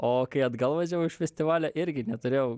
o kai atgal važiavau iš festivalio irgi neturėjau